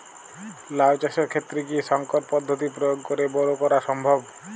লাও চাষের ক্ষেত্রে কি সংকর পদ্ধতি প্রয়োগ করে বরো করা সম্ভব?